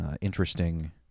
interesting